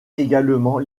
également